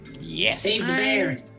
Yes